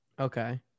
Okay